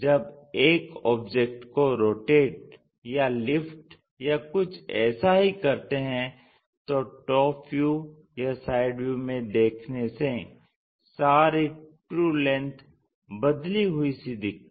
जब एक ऑब्जेक्ट को रोटेट या लिफ्ट या कुछ ऐसा ही करते हैं तो टॉप व्यू या साइड व्यू में देखने से सारी ट्रू लेंथ बदली हुई सी दिखती हैं